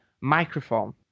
microphone